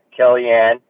Kellyanne